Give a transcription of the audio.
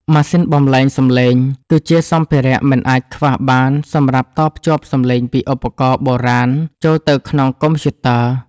ម៉ាស៊ីនបំប្លែងសំឡេង គឺជាសម្ភារៈមិនអាចខ្វះបានសម្រាប់តភ្ជាប់សំឡេងពីឧបករណ៍បុរាណចូលទៅក្នុងកុំព្យូទ័រ។